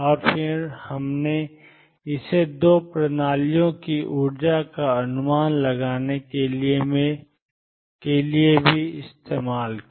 और फिर हमने इसे दो प्रणालियों की ऊर्जाओं का अनुमान लगाने के लिए लागू किया